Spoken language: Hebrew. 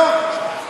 לא,